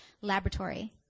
Laboratory